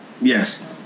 Yes